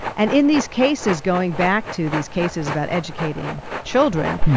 and in these cases going back to these cases about educating children,